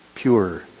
Pure